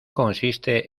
consiste